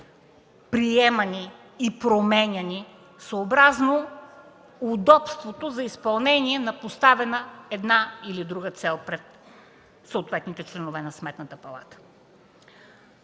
приемани и променяни съобразно удобството за изпълнение на поставена една или друга цел пред съответните членове на Сметната палата.